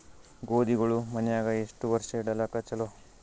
ಗೋಧಿಗಳು ಮನ್ಯಾಗ ಎಷ್ಟು ವರ್ಷ ಇಡಲಾಕ ಚಲೋ?